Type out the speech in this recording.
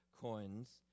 coins